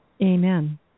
Amen